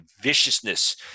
viciousness